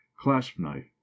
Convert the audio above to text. clasp-knife